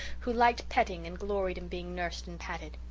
who liked petting and gloried in being nursed and patted.